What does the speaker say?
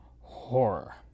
horror